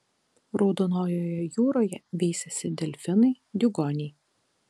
raudonojoje jūroje veisiasi delfinai diugoniai